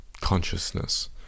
consciousness